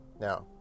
Now